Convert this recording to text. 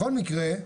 בכל מקרה,